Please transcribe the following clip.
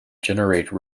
generate